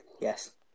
Yes